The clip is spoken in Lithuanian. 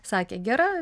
sakė gera